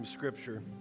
Scripture